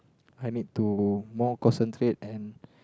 I need to more concentrate and